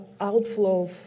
outflow